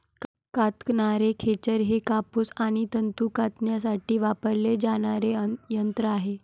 कातणारे खेचर हे कापूस आणि तंतू कातण्यासाठी वापरले जाणारे यंत्र आहे